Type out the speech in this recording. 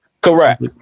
Correct